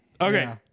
Okay